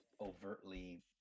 overtly